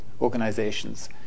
organizations